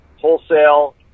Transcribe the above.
wholesale